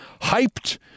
hyped